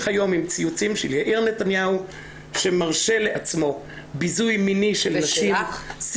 היום עם ציוצים של יאיר נתניהו שמרשה לעצמו ביזוי מיני של נשים,